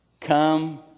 Come